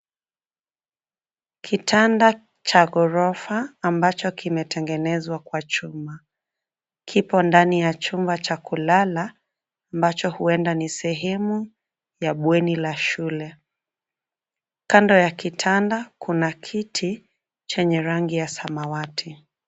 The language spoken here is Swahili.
Kitanda cha ghorofa ambacho kimetengenezwa kwa chuma. Kipo ndani ya chumba cha kulala ambacho huenda ni sehemu ya bweni la shule. Kando ya kitanda kuna kiti chenye rangi ya samawati.